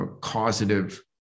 causative